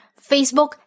Facebook